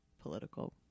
political